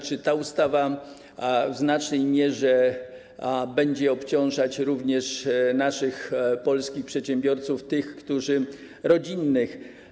Czy ta ustawa w znacznej mierze będzie obciążać również naszych polskich przedsiębiorców, tych rodzinnych?